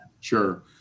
Sure